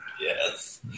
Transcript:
Yes